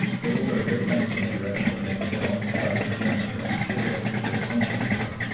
they will go to great lengths in the direction of making their own supplies to germany of materials which are essential to her,